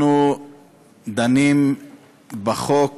אנחנו דנים בחוק